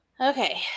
Okay